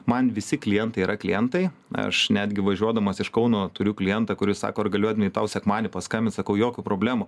man visi klientai yra klientai aš netgi važiuodamas iš kauno turiu klientą kuris sako ar galiu edvinai tau sekmadienį paskambins sakau jokių problemų